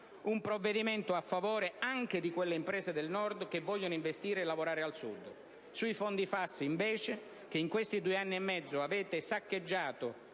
Un provvedimento a favore anche di quelle imprese del Nord che vogliono investire e operare al Sud. Sui fondi FAS, invece, che in questi due anni e mezzo avete saccheggiato